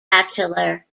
bachelor